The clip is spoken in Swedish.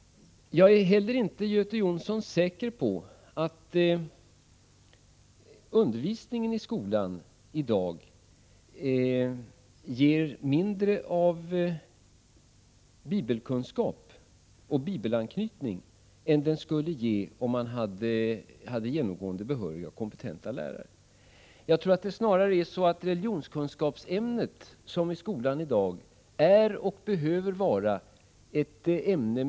Jag är inte, Göte Jonsson, säker på att undervisningen i skolan i dag ger mindre av bibelkunskap och bibelanknytning än den skulle göra om vi genomgående hade behöriga och kompetenta lärare. Religionskunskapsämnet i skolan i dag är ett ämne med en betydande spännvidd.